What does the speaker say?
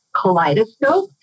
kaleidoscope